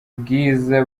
bwiza